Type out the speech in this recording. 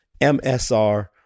MSR